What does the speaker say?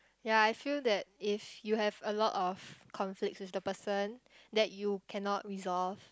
ya I feel that if you have a lot of conflicts with the person that you cannot resolve